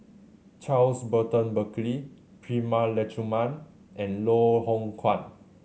Charles Burton Buckley Prema Letchumanan and Loh Hoong Kwan